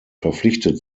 verpflichtet